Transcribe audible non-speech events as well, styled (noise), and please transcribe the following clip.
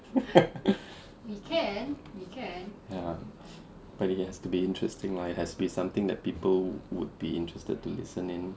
(laughs) ya but it has to be interesting lah it has to be something that people would be interested to listen in